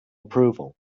approval